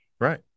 Right